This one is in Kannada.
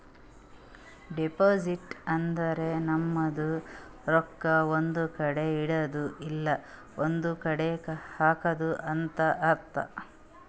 ಡೆಪೋಸಿಟ್ ಅಂದುರ್ ನಮ್ದು ರೊಕ್ಕಾ ಒಂದ್ ಕಡಿ ಇಡದ್ದು ಇಲ್ಲಾ ಒಂದ್ ಕಡಿ ಹಾಕದು ಅಂತ್ ಅರ್ಥ